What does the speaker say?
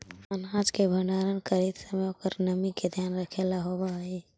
अनाज के भण्डारण करीत समय ओकर नमी के ध्यान रखेला होवऽ हई